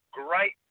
great